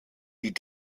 die